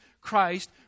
Christ